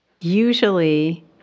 usually